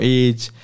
age